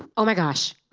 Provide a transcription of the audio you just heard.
oh my gosh.